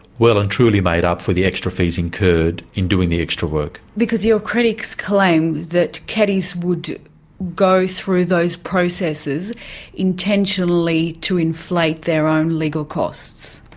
well and truly made up for the extra fees incurred in doing the extra work. because your critics claim that keddies would go through those processes intentionally to inflate their own legal costs.